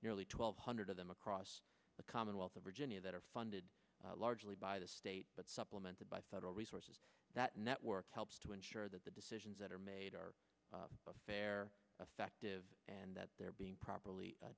nearly twelve hundred of them across the commonwealth of virginia that are funded largely by the state but supplemented by federal resources that network helps to ensure that the decisions that are made are fair affective and that they're being properly